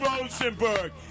Rosenberg